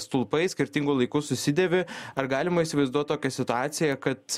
stulpai skirtingu laiku susidėvi ar galima įsivaizduot tokią situaciją kad